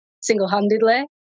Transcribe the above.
single-handedly